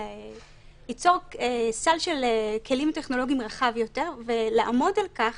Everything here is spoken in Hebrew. ליצור סל של כלים טכנולוגיים רחב יותר ולעמוד על כך